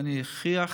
ואני אכריח